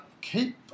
Keep